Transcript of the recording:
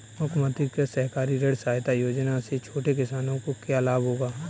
मुख्यमंत्री कृषक सहकारी ऋण सहायता योजना से छोटे किसानों को क्या लाभ होगा?